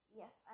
yes